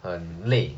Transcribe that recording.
很累